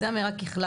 אז זו אמירה ככלל.